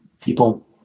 people